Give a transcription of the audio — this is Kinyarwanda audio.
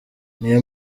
niyo